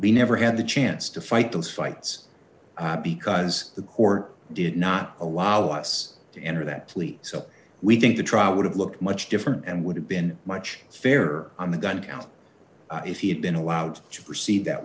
we never had the chance to fight those fights because the court did not allow us to enter that plea so we think the trial would have looked much different and would have been much fairer on the gun count if he had been allowed to proceed that